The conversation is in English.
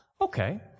Okay